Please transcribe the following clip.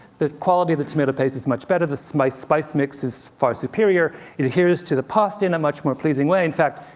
the quality of the tomato paste is much better the spice spice mix is far superior it adheres to the pasta in a much more pleasing way. in fact,